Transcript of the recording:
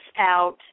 out